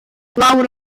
lawr